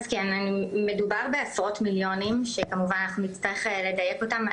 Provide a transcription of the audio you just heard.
אז כן מדובר בעשרות מיליונים שכמובן אנחנו נצטרך לדייק אותם.